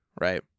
right